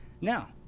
Now